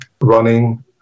running